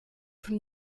from